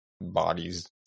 bodies